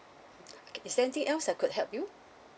okay is there anything else I could help you